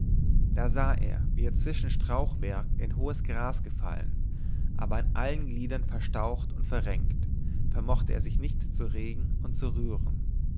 da sah er wie er zwischen strauchwerk in hohes gras gefallen aber an allen gliedern verstaucht und verrenkt vermochte er sich nicht zu regen und zu rühren